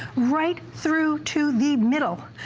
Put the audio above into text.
right through to the middle.